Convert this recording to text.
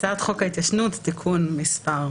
הצעת חוק ההתיישנות (תיקון מס'...